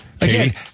Again